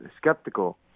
skeptical